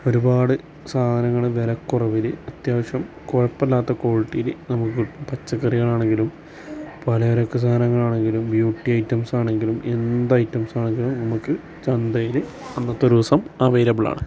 ഒരുപാട് സാധനങ്ങള് വിലക്കുറവിൽ അത്യാവശ്യം കുഴപ്പമില്ലാത്ത ക്വാളിറ്റിയിൽ നമുക്ക് കിട്ടും പച്ചക്കറിയാണെങ്കിലും പലചരക്ക് സാധനമാണെങ്കിലും ബ്യൂട്ടി ഐറ്റംസാണെങ്കിലും എന്ത് ഐറ്റംസാണെങ്കിലും നമുക്ക് ചന്തയില് അന്നത്തെ ഒരു ദിവസം അവൈലബിളാണ്